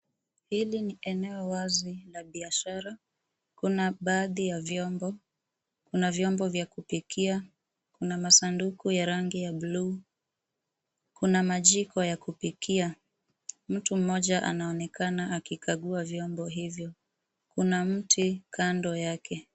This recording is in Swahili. Hili ni eneo wazi la biashara kuna baadhi ya vyombo. Kuna vyombo vya kupikia, kuna masanduku ya rangi ya bluu, kuna majiko ya kupikia. Mtu mmoja anaonekana akikagua vyombo hivyo, kuna mti kando yake.